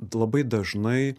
labai dažnai